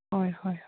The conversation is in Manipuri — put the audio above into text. ꯍꯣꯏ ꯍꯣꯏ ꯍꯣꯏ